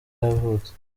yavutse